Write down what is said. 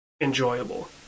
enjoyable